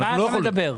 על מה אתה מדבר?